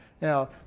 Now